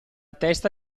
testa